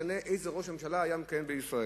לא משנה איזה ראש ממשלה היה מכהן בישראל.